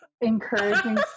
encouraging